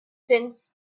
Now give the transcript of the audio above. dense